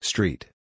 Street